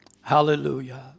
Hallelujah